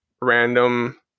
random